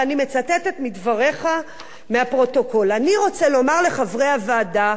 ואני מצטטת מדבריך מהפרוטוקול: אני רוצה לומר לחברי הוועדה,